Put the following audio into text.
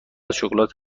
شکلات